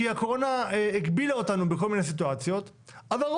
כי הקורונה הגבילה אותנו בכל מיני סיטואציות,